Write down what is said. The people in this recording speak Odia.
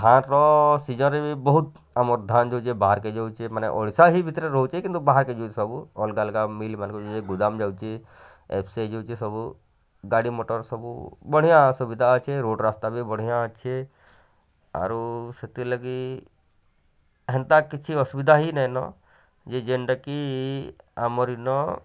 ଧାନ ସିଜନ୍ରେ ବି ବହୁତ ଆମର୍ ଧାନ୍ ଯାଉଛେ ବାହାରକେ ଯାଉଚେ ମାନେ ଓଡ଼ିଶା ହିଁ ଭିତରେ ରହୁଛେ କିନ୍ତୁ ବାହାରକେ ସବୁ ଅଲଗା ଅଲଗା ମିଲ୍ ମାନଙ୍କେ ଗୋଦାମ୍ ଯାଉଛେ ସବୁ ଗାଡ଼ି ମଟର୍ ସବୁ ବଢ଼ିଆ ସୁବିଧା ଅଛି ରୋଡ଼୍ ରାସ୍ତା ବି ବଢ଼ିଆଁ ଅଛି ଆରୁ ସେଥିର୍ ଲାଗି ହେନ୍ତା କିଛି ଅସୁବିଧା ହେଇ ନାଇନ ଯେ ଯେନ୍ତା କି ଆମର୍ ଇନ